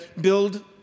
build